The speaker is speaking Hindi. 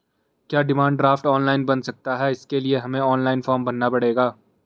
क्या डिमांड ड्राफ्ट ऑनलाइन बन सकता है इसके लिए हमें ऑनलाइन फॉर्म भरना पड़ेगा?